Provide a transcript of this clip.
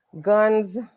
guns